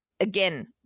Again